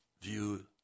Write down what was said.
view